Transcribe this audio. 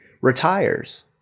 retires